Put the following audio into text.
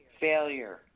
failure